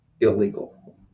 illegal